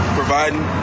providing